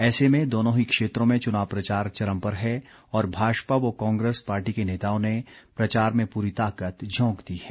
ऐसे में दोनों ही क्षेत्रों में चुनाव प्रचार चरम पर है और भाजपा व कांग्रेस पार्टी के नेताओं ने प्रचार मे पूरी ताकत झोंक दी है